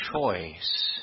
choice